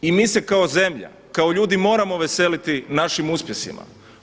I mi se kao zemlja, kao ljudi moramo veseliti našim uspjesima.